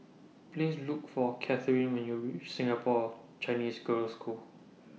Please Look For Katherin when YOU REACH Singapore Chinese Girls' School